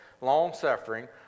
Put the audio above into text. long-suffering